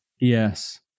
Yes